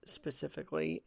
specifically